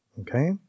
okay